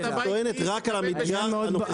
את טוענת רק על המדגר הנוכחי.